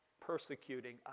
persecuting